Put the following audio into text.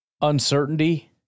uncertainty